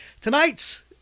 tonight's